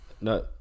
no